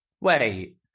Wait